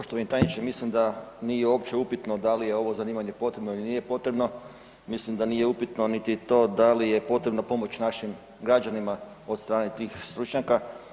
Poštovani tajniče, mislim da nije uopće upitno da li je ovo zanimanje potrebno ili nije potrebno, mislim da nije upitno niti to da li je potrebna pomoć našim građanima od strane tih stručnjaka.